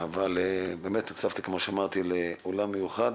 אבל באמת נחשפתי, כמו שאמרתי, לעולם מיוחד.